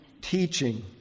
teaching